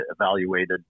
evaluated